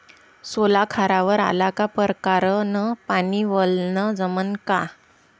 सोला खारावर आला का परकारं न पानी वलनं जमन का?